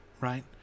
Right